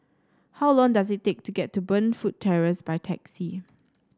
how long does it take to get to Burnfoot Terrace by taxi